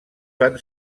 fan